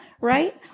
Right